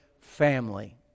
family